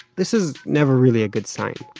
this is never really a good sign.